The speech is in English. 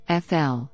FL